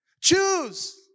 Choose